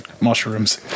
mushrooms